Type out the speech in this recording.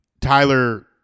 Tyler